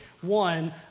one